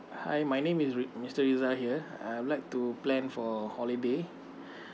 hi my name is ri~ mister rizal here uh I'd like to plan for holiday